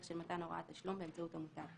של מתן הוראת תשלום באמצעות המוטב",